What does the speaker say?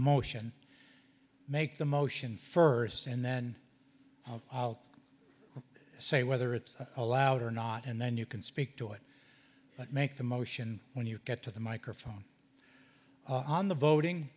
emotion make the motion first and then i'll say whether it's allowed or not and then you can speak to it but make the motion when you get to the microphone on the voting